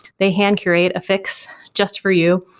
they hand curate a fix just for you,